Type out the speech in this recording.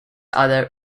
other